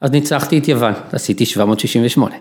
אז ניצחתי את יוון, עשיתי 768.